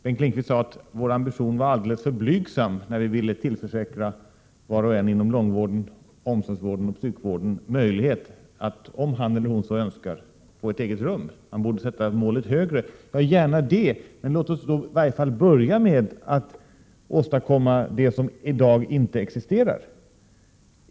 Bengt Lindqvist sade att vår ambition var alldeles för blygsam när vi ville tillförsäkra var och en inom långvården, omsorgsvården och psykvården möjlighet att om han eller hon så önskar få ett eget rum. Man borde sätta målet högre, menade han. Ja, gärna det, men låt oss i varje fall börja med att åstadkomma det som i dag inte existerar.